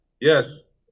Yes